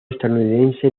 estadounidense